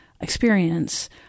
experience